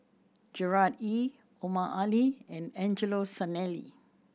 Gerard Ee Omar Ali and Angelo Sanelli